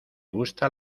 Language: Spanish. gusta